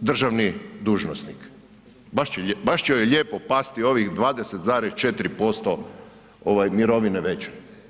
državni dužnosnik, baš će joj lijepo pasti ovih 20,4% ovaj mirovine veće.